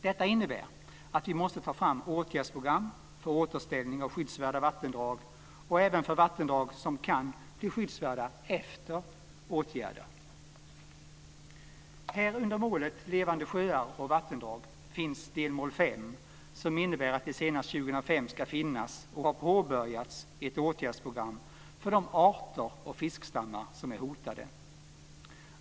Detta innebär att vi måste ta fram åtgärdsprogram för återställning av skyddsvärda vattendrag och även för vattendrag som kan bli skyddsvärda efter åtgärder. Under målet Levande sjöar och vattendrag finns delmål 5, som innebär att det senast år 2005 ska finnas och ha påbörjats ett åtgärdsprogram för de arter och fiskstammar som är hotade.